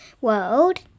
world